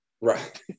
Right